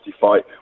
fight